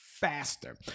faster